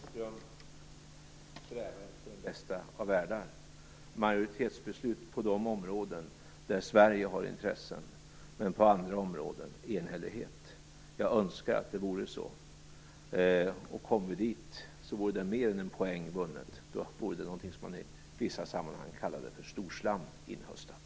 Fru talman! Lars Bäckström strävar efter den bästa av världar - majoritetsbeslut på de områden där Sverige har intressen men på andra områden enhällighet. Jag önskar att det vore så, och kommer vi dithän vore det mer än en poäng vunnen. Då vore det - något som man i vissa sammanhang kallar det för - storslam inhöstat.